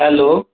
hello